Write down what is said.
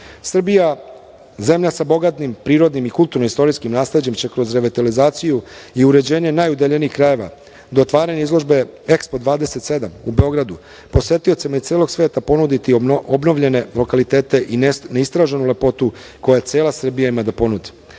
Srbija, zemlja sa bogatim prirodnim i kulturno-istorijskim nasleđem će kroz revitalizaciju i uređenje najudaljenijih krajeva do otvaranja izložbe EXPO 27 u Beogradu posetiocima iz celog sveta ponuditi obnovljene lokalitete i neistraženu lepotu koju cela Srbija ima da ponudi. Vlada